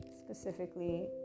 specifically